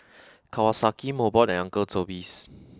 Kawasaki Mobot and Uncle Toby's